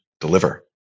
deliver